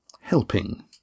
helping